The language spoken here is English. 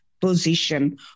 position